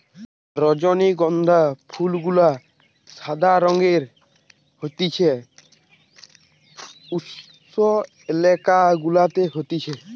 রজনীগন্ধা ফুল গুলা সাদা রঙের হতিছে উষ্ণ এলাকা গুলাতে হতিছে